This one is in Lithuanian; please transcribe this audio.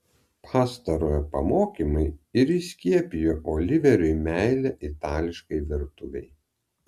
pastarojo pamokymai ir įskiepijo oliveriui meilę itališkai virtuvei